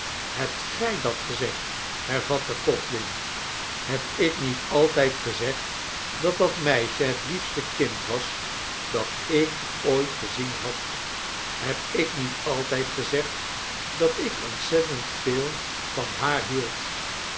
hebt gij dat gezegd hervatte codlin heb ik niet altijd gezegd dat dat meisje het liefste kind was dat ik ooit gezien had heb ik niet altijd gezegd dat ik ontzettend veel van haar hield